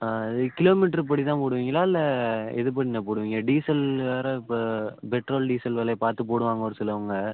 ஆ இது கிலோமீட்ரு படி தான் போடுவீங்களா இல்லை எதுப்படிண்ண போடுவீங்க டீசல் வேறு இப்போ பெட்ரோல் டீசல் விலைய பார்த்து போடுவாங்க ஒரு சிலவங்க